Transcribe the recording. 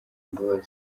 imbabazi